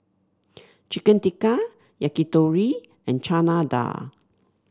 Chicken Tikka Yakitori and Chana Dal